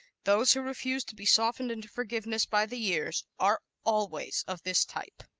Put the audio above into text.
those who refuse to be softened into forgiveness by the years are always of this type.